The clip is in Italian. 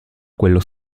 quello